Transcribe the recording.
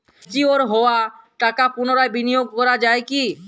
Mature হওয়া টাকা পুনরায় বিনিয়োগ করা য়ায় কি?